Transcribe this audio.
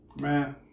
Man